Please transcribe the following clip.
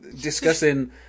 discussing